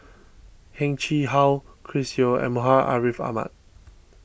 Heng Chee How Chris Yeo and Muhammad Ariff Ahmad